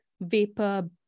vapor